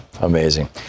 amazing